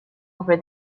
over